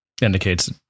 indicates